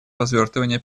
развертывания